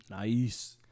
nice